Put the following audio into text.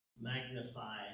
magnify